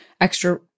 extra